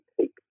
take